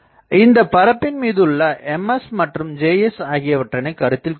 இந்தப் பரப்பின் மீது உள்ள Ms மற்றும் Js ஆகியவற்றினைக் கருத்தில் கொள்வோம்